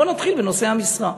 בוא נתחיל בנושאי המשרה,